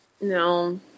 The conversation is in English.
no